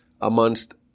amongst